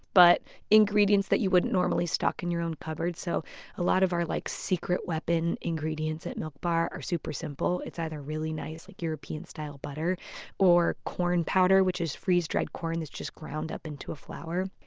but ingredients that you wouldn't normally stock in your own cupboard. so a lot of our like secret weapon ingredients at milk bar are super simple. it's either really nice like european-style butter or corn powder, which is freeze-dried corn that's just ground up into a flour.